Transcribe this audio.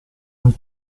nel